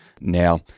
now